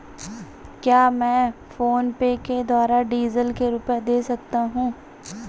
क्या मैं फोनपे के द्वारा डीज़ल के रुपए दे सकता हूं?